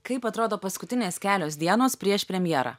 kaip atrodo paskutinės kelios dienos prieš premjerą